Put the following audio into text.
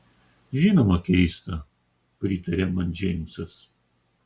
žinoma keista pritarė man džeimsas